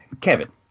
Kevin